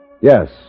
Yes